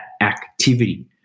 activity